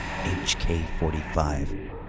HK-45